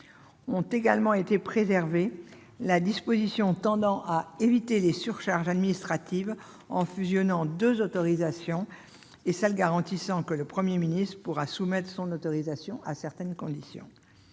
par ailleurs été préservées la disposition tendant à éviter les surcharges administratives en fusionnant deux autorisations et celle qui garantit que le Premier ministre pourra soumettre son autorisation à certaines conditions.